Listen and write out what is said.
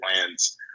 plans